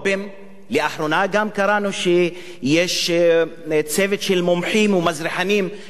לאחרונה גם קראנו שיש צוות של מומחים או מזרחנים שנפגשו אתו